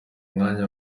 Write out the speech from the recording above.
umwanya